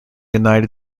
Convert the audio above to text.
united